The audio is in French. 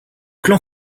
clan